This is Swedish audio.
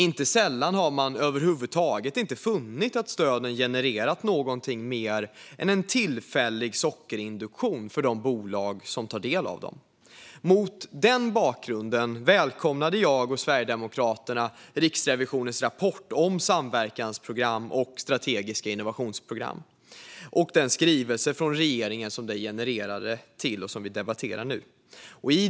Inte sällan har man funnit att stöden över huvud taget inte genererat någonting mer än en tillfällig sockerinjektion i de bolag som tar del av dem. Mot denna bakgrund välkomnade jag och Sverigedemokraterna Riksrevisionens rapport om samverkansprogram och strategiska innovationsprogram samt den skrivelse från regeringen som denna rapport genererade och som vi nu debatterar.